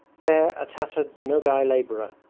there a tattered nogay labourer,